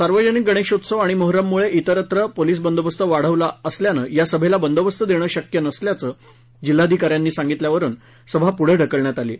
सार्वजनिक गणेशोत्सव आणि मोहरम मळे विरत्र पोलिस बंदोबस्त वाढवला असल्यान या सभेला बंदोबस्त देणे अशक्य असल्याचं जिल्हाधिकाऱ्यांनी सांगितल्यावरुन सभा पढं ढकलण्यात आली आहे